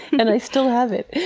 and i still have it.